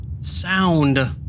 sound